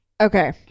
Okay